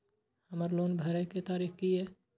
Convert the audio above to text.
हमर लोन भरए के तारीख की ये?